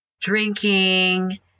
drinking